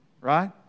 Right